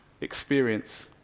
experience